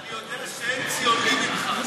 אני יודע שאין ציוני ממך,